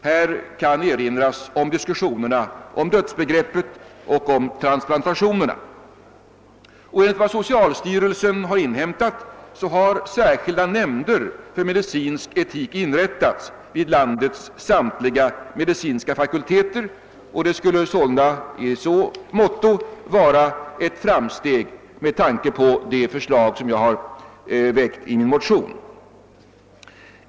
Här må erinras om diskusssionerna om dödsbegreppet samt om transplantationerna.» Vidare sägs det: »Enligt vad socialstyrelsen inhämtat har särskilda nämnder för medicinsk etik inrättats vid landets samtliga medicinska fakulteter.» Det skulle sålunda vara ett framsteg med tanke på det förslag jag har väckt i min motion.